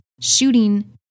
shooting